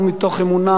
מתוך אמונה,